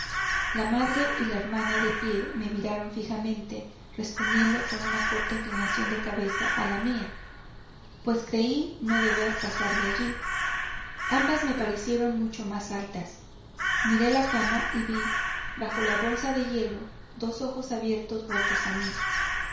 la madre y la hermana de pie me miraron fijamente respondiendo con una corta inclinación de cabeza a la mía pues creí no deber pasar de allí ambas me parecieron mucho más altas miré la cama y vi bajo la bolsa de hielo dos ojos abiertos vueltos a mí